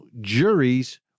juries